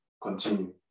continue